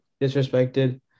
disrespected